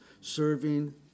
serving